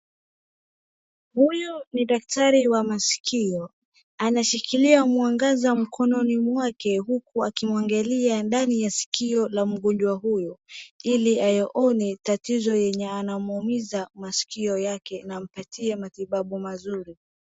Huyu ni daktari wa masikio. Anashikilia mwangaza mkononi mwake, huku akimwangalia ndani ya sikio la mgonjwa huyo. Ili ayaone tatizo yenye anamuumiza masikio yake, na ampatie matibabu mazuri.